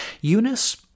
Eunice